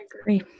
agree